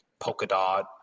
Polkadot